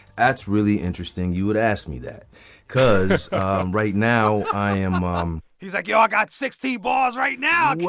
that's really interesting you would ask me that because right now i am. um he's like, yo, i got sixty balls right now what? yeah,